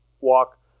walk